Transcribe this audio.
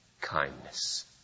kindness